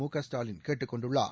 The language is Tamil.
முக ஸ்டாலின் கேட்டுக் கொண்டுள்ளார்